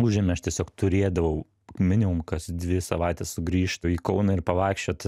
užėmė aš tiesiog turėdavau minimum kas dvi savaites sugrįžt į kauną ir pavaikščiot